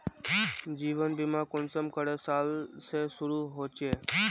जीवन बीमा कुंसम करे साल से शुरू होचए?